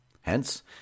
Hence